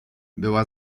była